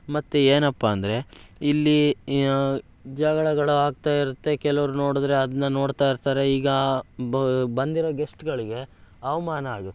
ಮತ್ತು ಏನಪ್ಪ ಅಂದರೆ ಇಲ್ಲಿ ಜಗಳಗಳು ಆಗ್ತಾ ಇರುತ್ತೆ ಕೆಲವ್ರು ನೋಡಿದ್ರೆ ಅದನ್ನ ನೋಡ್ತಾ ಇರ್ತಾರೆ ಈಗ ಬ ಬಂದಿರೋ ಗೆಸ್ಟ್ಗಳಿಗೆ ಅವಮಾನ ಆಗುತ್ತೆ